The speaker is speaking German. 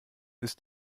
ist